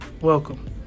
Welcome